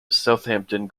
southampton